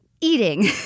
eating